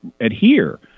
adhere